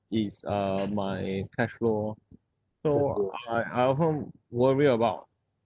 is uh my cash flow lor so I I often worry about